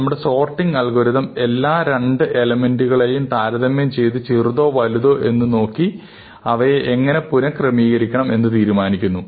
നമ്മുടെ sorting algorithm എല്ലാ 2 എലമെൻകളെയും താരതമ്യം ചെയ്തു ചെറുതോ വലുതോ എന്ന് നോക്കി അവയെ എങ്ങനെ പുനഃക്രമീകരിക്കണംഎന്ന് തീരുമാനിക്കുന്നു